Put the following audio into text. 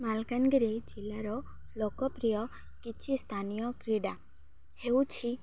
ମାଲକାନଗିରି ଜିଲ୍ଲାର ଲୋକପ୍ରିୟ କିଛି ସ୍ଥାନୀୟ କ୍ରୀଡ଼ା ହେଉଛି